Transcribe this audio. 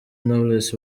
knowless